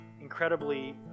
incredibly